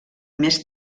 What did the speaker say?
més